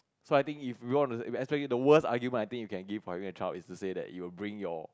so I think if you want the worst argument I think you can give for having a child is to say that you'll bring your